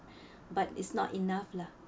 but it's not enough lah